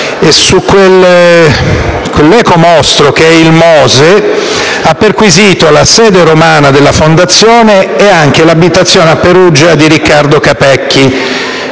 e su quell'ecomostro che è il Mose, ha perquisito la sede romana della fondazione e anche l'abitazione a Perugia di Riccardo Capecchi,